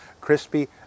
crispy